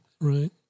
Right